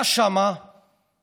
היה שם אחד,